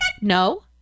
No